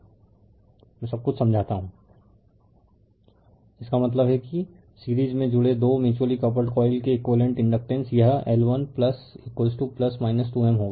refer slide time 3046 इसका मतलब है कि सीरीज में जुड़े 2 म्यूच्यूअली कपल्ड कॉइल के एक़ुइवेलेनट इंडकटेंस यह L1 2 M होगा